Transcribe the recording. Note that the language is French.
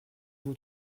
vous